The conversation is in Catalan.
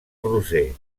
roser